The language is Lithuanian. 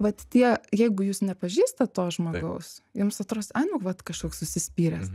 vat tie jeigu jūs nepažįstat to žmogaus jums atrodys ai nu vat kažkoks užsispyręs